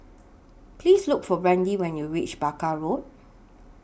Please Look For Brandy when YOU REACH Barker Road